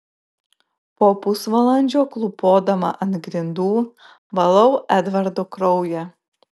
po pusvalandžio klūpodama ant grindų valau edvardo kraują